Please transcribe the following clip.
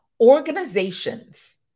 Organizations